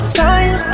time